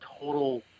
total